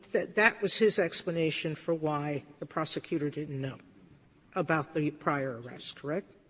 that that was his explanation for why the prosecutor didn't know about the prior arrest,